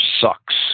sucks